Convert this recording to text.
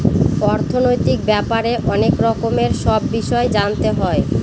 অর্থনৈতিক ব্যাপারে অনেক রকমের সব বিষয় জানতে হয়